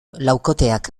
laukoteak